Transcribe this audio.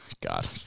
God